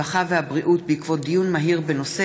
הרווחה והבריאות בעקבות דיון מהיר בהצעתם של חברי הכנסת מירב בן ארי,